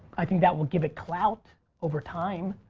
i think that will give it clout over time.